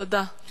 תודה.